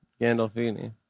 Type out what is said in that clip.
Gandolfini